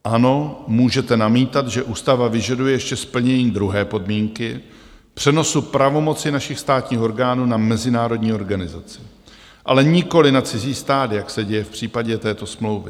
Ano, můžete namítat, že ústava vyžaduje ještě splnění druhé podmínky přenosu pravomoci našich státních orgánů na mezinárodní organizaci, ale nikoliv na cizí stát, jak se děje v případě této smlouvy.